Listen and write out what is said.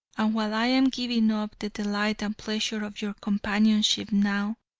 and while i am giving up the delight and pleasure of your companionship now,